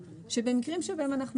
שבמקרים שבאמת אנחנו